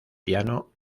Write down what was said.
piano